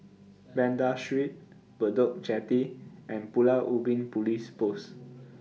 Banda Street Bedok Jetty and Pulau Ubin Police Post